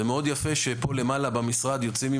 זה יפה מאוד שפה למעלה במשרד יוצאים עם